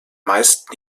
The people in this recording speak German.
meist